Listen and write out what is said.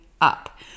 up